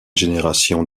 génération